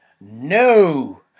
No